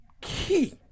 key